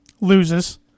loses